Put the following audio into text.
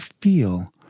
feel